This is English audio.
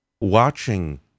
watching